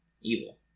Evil